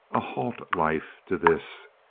a halt life to this.